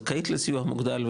זכאית לסיוע מוגדל,